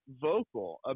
vocal